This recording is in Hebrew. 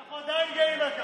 אנחנו גאים בכך.